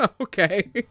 Okay